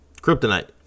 Kryptonite